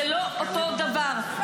זה לא אותו דבר.